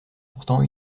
pourtant